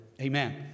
Amen